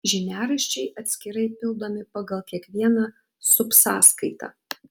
žiniaraščiai atskirai pildomi pagal kiekvieną subsąskaitą